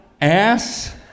ass